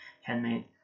handmade